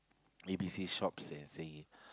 A_B_C shops and say